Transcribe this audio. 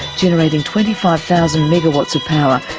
generating twenty five thousand megawatts of power,